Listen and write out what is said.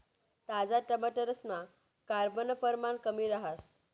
ताजा टमाटरसमा कार्ब नं परमाण कमी रहास